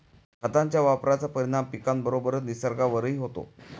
खतांच्या वापराचा परिणाम पिकाबरोबरच निसर्गावरही होतो